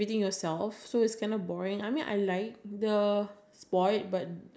oh don't really play sport but back in the day you know I like badminton